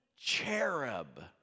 cherub